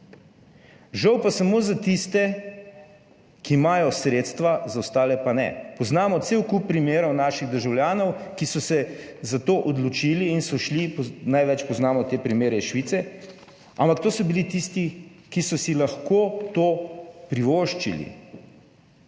žal pa samo za tiste, ki imajo sredstva, za ostale pa ne. Poznamo cel kup primerov naših državljanov, ki so se za to odločili in so šli, največ poznamo te primere iz Švice, ampak to so bili tisti, ki so si lahko to privoščili.